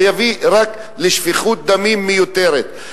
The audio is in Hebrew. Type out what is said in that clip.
זה יביא רק לשפיכות דמים מיותרת.